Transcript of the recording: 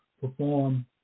perform